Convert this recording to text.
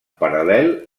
paral·lel